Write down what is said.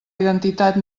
identitat